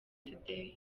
today